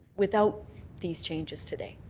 without these changes today.